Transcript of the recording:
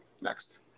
Next